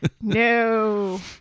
No